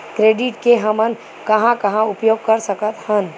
Credit के हमन कहां कहा उपयोग कर सकत हन?